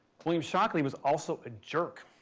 william shockley was also a jerk.